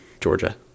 Georgia